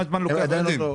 הם עדיין לא יודעים.